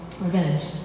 revenge